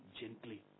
gently